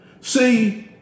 See